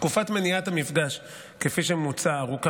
תקופת מניעת המפגש כפי שמוצע ארוכה